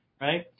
Right